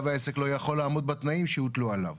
והעסק לא יכול לעמוד בתנאים שהוטלו עליו.